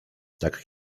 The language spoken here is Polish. tak